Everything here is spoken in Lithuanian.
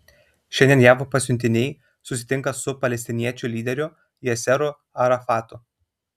šiandien jav pasiuntiniai susitinka su palestiniečių lyderiu yasseru arafatu